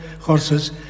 horses